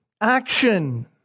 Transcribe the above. action